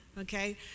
okay